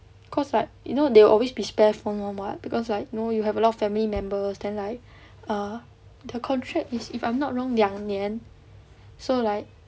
cause like you know they will always be spare phone [one] [what] because I know you have a lot of family members then like err the contract is if I'm not wrong 两年 so like